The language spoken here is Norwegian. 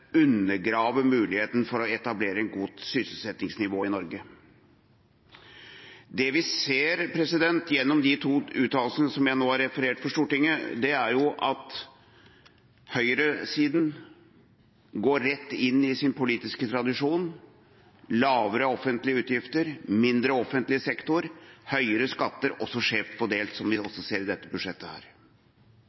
undergrave muligheten til å etablere et godt sysselsettingsnivå i Norge. Det vi ser gjennom de to uttalelsene som jeg nå har referert for Stortinget, er at høyresida går rett inn i sin politiske tradisjon: lavere offentlige utgifter, mindre offentlig sektor og høyere skatter skjevt fordelt, som vi også ser i dette budsjettet.